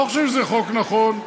לא חושב שזה חוק נכון,